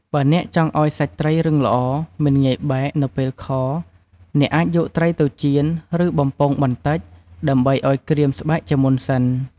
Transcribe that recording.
បើអ្នកចង់ឱ្យសាច់ត្រីរឹងល្អ មិនងាយបែកនៅពេលខ អ្នកអាចយកត្រីទៅចៀន ឬបំពងបន្តិច ដើម្បីឱ្យក្រៀមស្បែកជាមុនសិន។